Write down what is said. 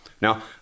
Now